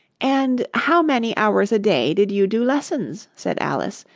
and how many hours a day did you do lessons said alice,